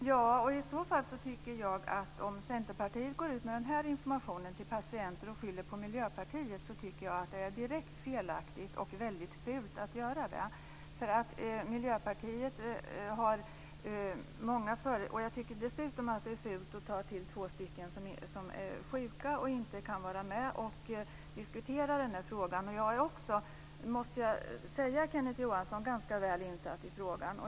Fru talman! Om Centerpartiet går ut med den här informationen till patienter och skyller på Miljöpartiet är det direkt felaktigt. Det är väldigt fult att göra så. Dessutom är det fult att hänvisa till två personer som är sjuka och som inte kan vara med och diskutera den här frågan. Jag är också - det måste jag säga, Kenneth Johansson - ganska väl insatt i frågan.